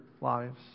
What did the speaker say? lives